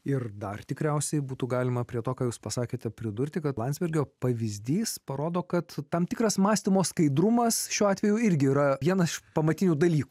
ir dar tikriausiai būtų galima prie to ką jūs pasakėte pridurti kad landsbergio pavyzdys parodo kad tam tikras mąstymo skaidrumas šiuo atveju irgi yra vienas pamatinių dalykų